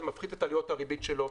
זה מפחית את עלויות הריבית שלו,